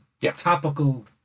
topical